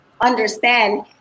understand